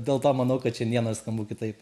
dėl to manau kad šiandieną aš skambu kitaip